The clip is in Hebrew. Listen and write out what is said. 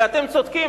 ואתם צודקים,